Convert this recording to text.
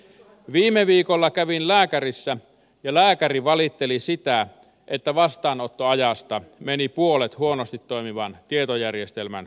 viime viikolla kävin lääkärissä ja lääkäri valitteli sitä että vastaanottoajasta meni puolet huonosti toimivan tietojärjestelmän kourissa